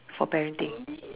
for parenting